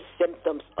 symptoms